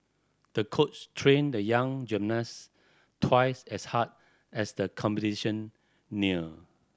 the coach trained the young gymnast twice as hard as the competition neared